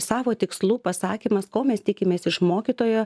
savo tikslų pasakymas ko mes tikimės iš mokytojo